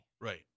right